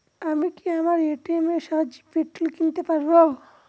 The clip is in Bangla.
আমি কি আমার এ.টি.এম এর সাহায্যে পেট্রোল কিনতে পারব?